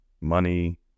money